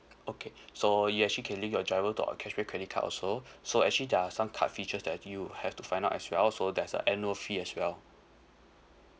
okay so you actually can link your driver to our cashback credit card also so actually there are some cut features that you have to find out as well so there is a annual fee as well